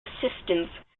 assistance